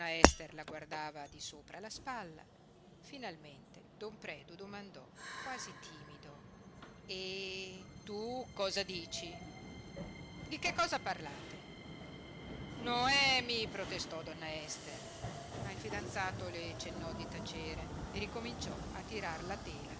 ester la guardava di sopra la spalla finalmente don predu domandò quasi timido e tu cosa dici di che cosa parlate noemi protestò donna ester ma il fidanzato le cennò di tacere e ricominciò a tirar la